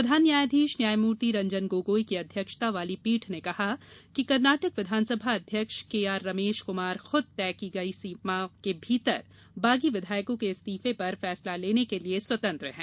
प्रधान न्यायाधीश न्यायमूर्ति रंजन गोगोई की अध्यक्षता वाली पीठ ने कहा कि कर्नाटक विधानसभा अध्यक्ष के आर रमेश कुमार खुद तय की गई समयसीमा के भीतर बागी विधायकों के इस्तीफे पर फैसला लेने के लिए स्वतंत्र हैं